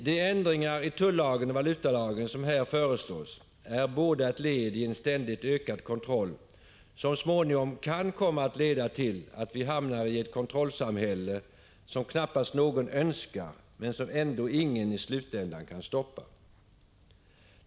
De ändringar i tullagen och valutalagen som här föreslås är båda ett led i en ständigt ökad kontroll, som småningom kan komma att leda till att vi hamnar i ett kontrollsamhälle som knappast någon önskar men som ändå ingen i slutändan kan stoppa.